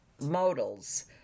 modals